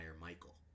Michael